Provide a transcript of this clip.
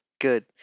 good